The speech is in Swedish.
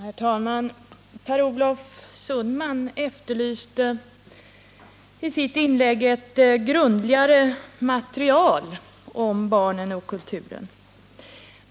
Herr talman! Per Olof Sundman efterlyste i sitt inlägg ett grundligare material om barn och kultur.